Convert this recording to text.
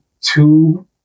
two